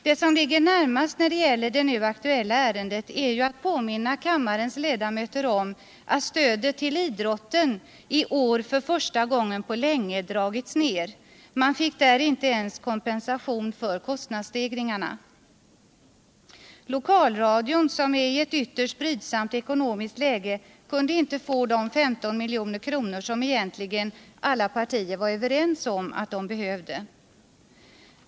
Det som ligger närmast när det gäller det aktuella ärendet är ju att påminna kammarens ledamöter om att stödet till idrotten i år för första gången på länge dragits ner. Man fick där inte ens kompensation för kostnadsstegringarna. Lokalradion, som är i ett ytterst brydsamt ekonomiskt läge, kunde inte få de 15 milj.kr. som egentligen alla partier var överens om att den behövde.